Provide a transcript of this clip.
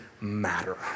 matter